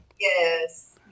Yes